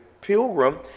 Pilgrim